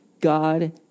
God